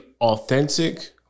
authentic